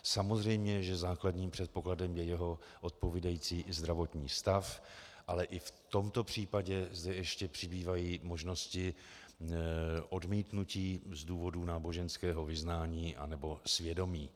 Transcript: Samozřejmě, že základním předpokladem je jeho odpovídající zdravotní stav, ale i v tomto případě zde ještě přibývají možnosti odmítnutí z důvodu náboženského vyznání anebo svědomí.